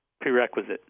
prerequisite